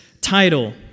title